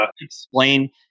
explain